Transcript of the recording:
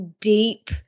deep